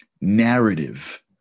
narrative